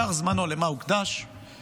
למה הוקדש עיקר זמנו?